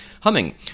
humming